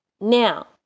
now